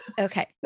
Okay